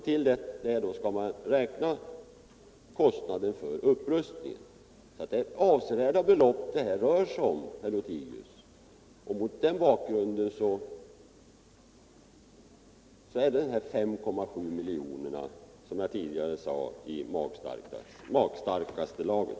Till detta skall vi lägga kostnaden för upprustning. Det rör sig här om avsevärda belopp, herr Lothigius. Mot den bakgrunden är de 5,7 miljonerna, som jag tidigare sade, i magstarkaste laget.